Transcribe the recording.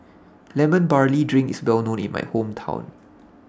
Lemon Barley Drink IS Well known in My Hometown